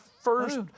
first